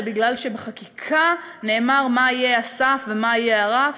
כי בחקיקה נאמר מה יהיה הסף ומה יהיה הרף?